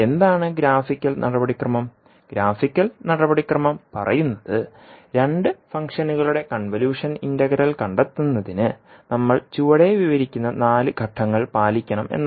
എന്താണ് ഗ്രാഫിക്കൽ നടപടിക്രമം ഗ്രാഫിക്കൽ നടപടിക്രമം പറയുന്നത് രണ്ട് ഫംഗ്ഷനുകളുടെ കൺവല്യൂഷൻ ഇന്റഗ്രൽ കണ്ടെത്തുന്നതിന് നമ്മൾ ചുവടെ വിവരിക്കുന്ന നാല് ഘട്ടങ്ങൾ പാലിക്കണം എന്നാണ്